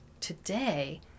today